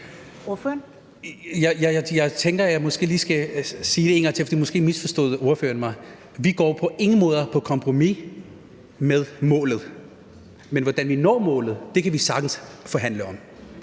Vi går på ingen måde på kompromis med målet, men hvordan vi når målet, kan vi sagtens forhandle om,